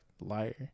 Liar